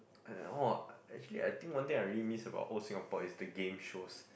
uh !wah! actually I think one thing I really miss about old Singapore is the game shows